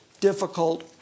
difficult